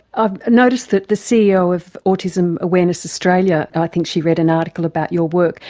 um noticed that the ceo of autism awareness australia, i think she read an article about your work,